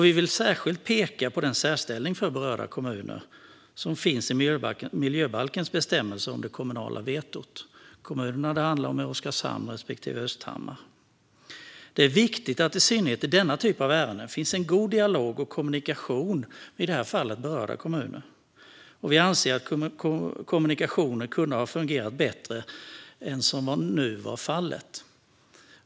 Vi vill särskilt peka på den särställning för berörda kommuner som finns i miljöbalkens bestämmelser om det kommunala vetot. Kommunerna det handlar om är Oskarshamn respektive Östhammar. Det är viktigt att det i synnerhet i denna typ av ärenden finns en god dialog och kommunikation med i det här fallet berörda kommuner. Vi anser att kommunikationen kunde ha fungerat bättre än vad som nu var fallet.